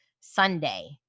Sunday